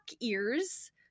ears